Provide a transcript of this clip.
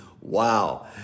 Wow